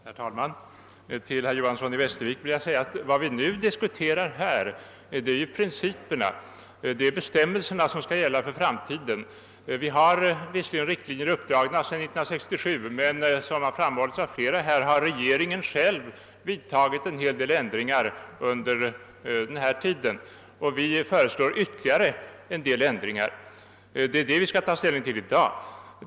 Herr talman! Till herr Johanson i Västervik vill jag säga att vad vi nu diskuterar här är huvudprinciperna, de bestämmelser som skall gälla för framtiden. Vi har visserligen riktlinjer uppdragna sedan 1967, men såsom har framhållits av flera talare här har regeringen själv vidtagit en hel del ändringar under tiden sedan dess. Vi föreslår ytterligare en del ändringar. Det är det vi skall ta ställning till i dag.